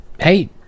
hey